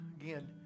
again